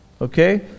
Okay